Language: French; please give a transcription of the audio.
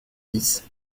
dix